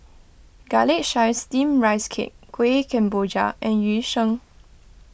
Garlic Chives Steamed Rice Cake Kueh Kemboja and Yu Sheng